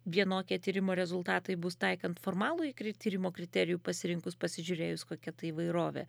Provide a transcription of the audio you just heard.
vienokie tyrimo rezultatai bus taikant formalų ikri tyrimo kriterijų pasirinkus pasižiūrėjus kokia ta įvairovė